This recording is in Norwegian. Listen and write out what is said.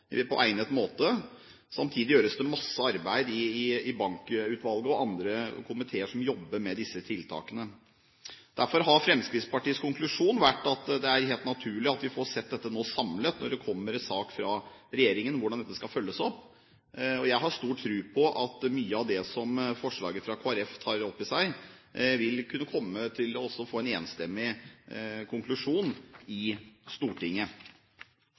opp på egnet måte. Samtidig gjøres det masse arbeid i bankutvalget og andre komiteer som jobber med disse tiltakene. Derfor har Fremskrittspartiets konklusjon vært at det er helt naturlig at vi nå, når det kommer en sak fra regjeringen, får sett på dette samlet, hvordan dette skal følges opp. Jeg har stor tro på at mye av det som forslagene fra Kristelig Folkeparti tar opp i seg, også vil kunne komme til å få en enstemmig konklusjon i Stortinget.